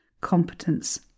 competence